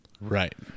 Right